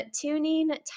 tuning